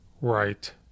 Right